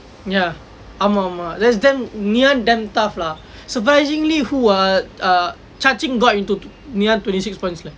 ya ஆமாம் ஆமாம்:aamaam aamaam that's damn ngee ann damn tough lah surprisingly who ah err chanjing got into ngee ann twenty six points leh